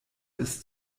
ist